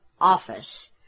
office